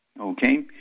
Okay